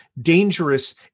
dangerous